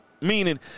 Meaning